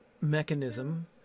mechanism